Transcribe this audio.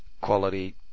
quality